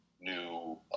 new